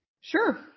sure